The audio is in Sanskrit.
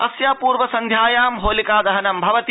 अस्य पूर्व सन्ध्यायां होलिका दहनं भवति